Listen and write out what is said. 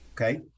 Okay